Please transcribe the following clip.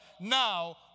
now